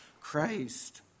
Christ